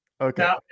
okay